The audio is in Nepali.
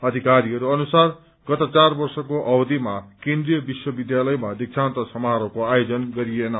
अषिकारीहरू अनुसार गत चार वर्षको अवधिमा केन्द्रिय विश्वविद्यालयमा वीबान्त समारोहको आयोजन गरिएन